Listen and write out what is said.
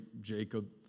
Jacob